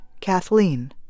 Kathleen